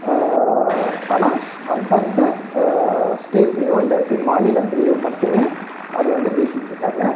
ஆனால் அந்தந்த ஸ்டேட்லேயோ இல்லாட்டி மாநிலத்துலேயோ மட்டுமே அது வந்து பேசிகிட்ருப்பாங்க